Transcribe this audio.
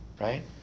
right